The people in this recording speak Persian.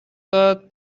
داد